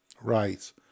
right